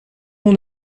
mon